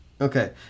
Okay